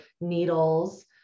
needles